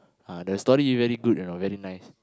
ah the story very good you know very nice